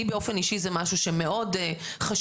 לי באופן אישי זה משהו שמאוד חשוב.